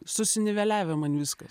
susiniveliavivę man viskas